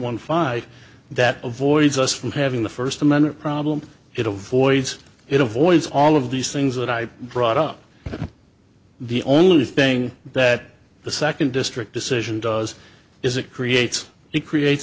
one five that avoids us from having the first amendment problem it avoids it avoids all of these things that i brought up the only thing that the second district decision does is it creates the creates